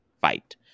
fight